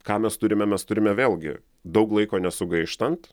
ką mes turime mes turime vėlgi daug laiko nesugaištant